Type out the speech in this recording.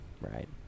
right